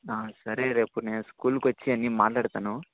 సరే రేపు నేను స్కూల్కి వచ్చి అన్ని మాట్లాడతాను